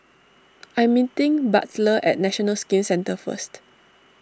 I'm meeting Butler at National Skin Centre first